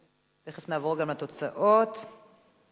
ההצעה להעביר את הצעת חוק העונשין (תיקון מס'